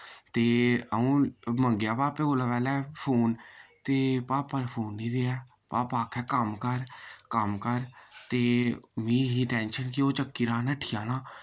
ते आऊं मांगेआ पापे कोला पैह्लै फोन ते पापा फोन नि देऐ पापा आक्खै कम्म कर कम्म कर ते मि ही टैंशन कि ओह् चक्कीराह् नट्ठी जाना